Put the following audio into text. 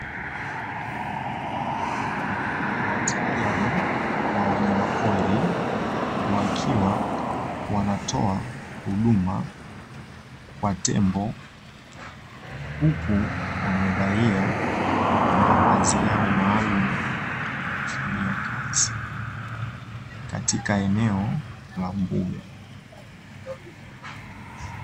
Wataalamu wa wanyama pori wakiwa wanatoa kwa tembo, huku wamevalia mavazi yao maalumu ya kufanyia kazi katika eneo la mbuga.